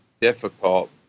difficult